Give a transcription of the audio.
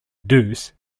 deuce